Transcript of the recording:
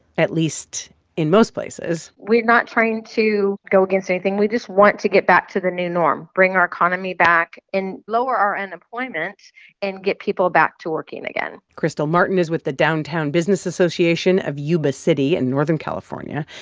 at least in most places we're not trying to go against anything. we just want to get back to the new norm, bring our economy back and lower our unemployment and get people back to working again kristel martin is with the downtown business association of yuba city in northern california,